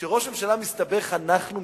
כשראש ממשלה מסתבך, אנחנו מסתבכים.